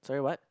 sorry what